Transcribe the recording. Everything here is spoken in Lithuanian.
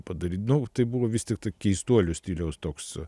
padaryt daug tai buvo vis tiktai keistuolių stiliaus toks